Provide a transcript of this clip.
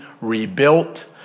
rebuilt